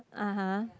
(uh huh)